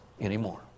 anymore